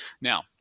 Now